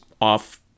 off